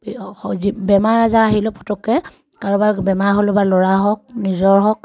বেমাৰ আজাৰ আহিলেও পটককৈ কাৰোবাৰ বেমাৰ হ'লোঁ বা ল'ৰা হওক নিজৰ হওক